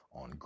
on